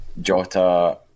Jota